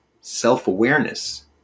Self-awareness